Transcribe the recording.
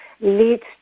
leads